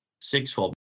sixfold